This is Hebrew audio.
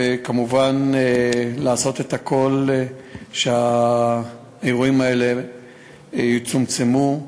וכמובן לעשות את הכול כדי שהאירועים האלה יצומצמו.